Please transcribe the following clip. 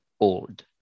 old